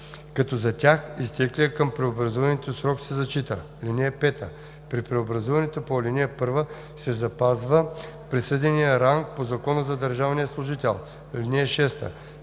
като за тях изтеклият към преобразуването срок се зачита. (5) При преобразуването по ал. 1 се запазва присъденият ранг по Закона за държавния служител. (6)